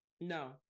No